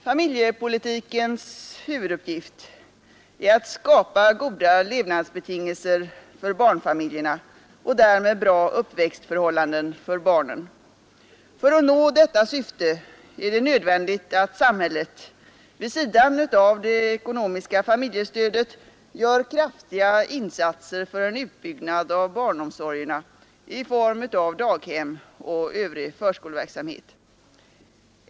Familjepolitikens huvuduppgift är att skapa goda levnadsbetingelser för barnfamiljerna och därmed bra uppväxtförhållanden för barnen. För att nå detta syfte är det nödvändigt att samhället, vid sidan av det ekonomiska familjestödet, gör kraftiga insatser för en utbyggnad av barnomsorgerna i form av daghem och övrig förskoleverksamhet.